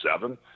seven